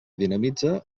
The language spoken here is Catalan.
dinamitza